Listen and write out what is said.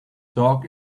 dog